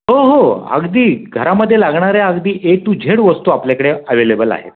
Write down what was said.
हो हो अगदी घरामध्ये लागणाऱ्या अगदी ए टू झेड वस्तू आपल्याकडे अवेलेबल आहेत